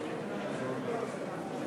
אנחנו